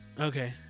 Okay